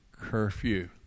curfew